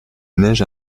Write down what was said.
neige